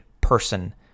person